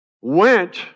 went